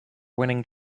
winning